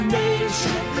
nation